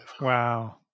Wow